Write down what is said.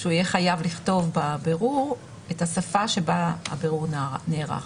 שהוא יהיה חייב לכתוב בבירור את השפה בה הבירור נערך.